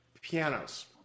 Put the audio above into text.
Pianos